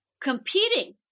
competing